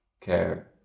care